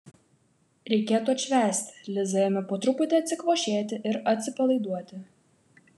reikėtų atšvęsti liza ėmė po truputį atsikvošėti ir atsipalaiduoti